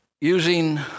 using